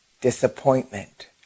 disappointment